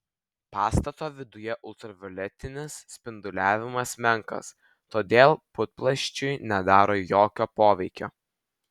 pastato viduje ultravioletinis spinduliavimas menkas todėl putplasčiui nedaro jokio poveikio